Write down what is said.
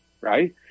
right